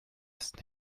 ist